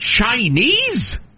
Chinese